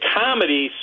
comedy